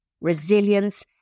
resilience